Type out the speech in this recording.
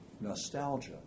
nostalgia